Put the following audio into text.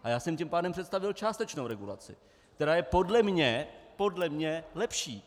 A já jsem tím pádem představil částečnou regulaci, která je podle mě lepší.